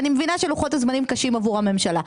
אני מבינה שלוחות הזמנים קשים עבור הממשלה,